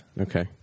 Okay